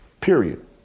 period